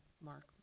Mark